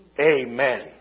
Amen